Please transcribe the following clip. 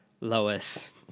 Lois